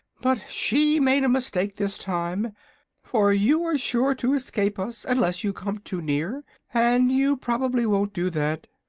but she made a mistake this time for you are sure to escape us unless you come too near, and you probably won't do that.